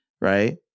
right